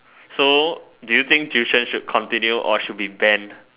so do you think tuition should continue or should be banned